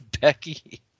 Becky